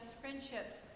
friendships